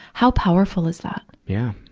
how powerful is that? yeah